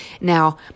Now